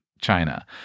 China